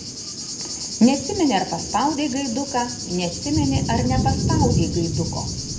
neatsimeni ar paspaudei gaiduką neatsimeni ar nepaspaudei gaiduko